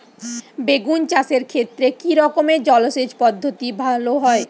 বেগুন চাষের ক্ষেত্রে কি রকমের জলসেচ পদ্ধতি ভালো হয়?